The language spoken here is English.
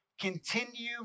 continue